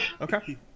okay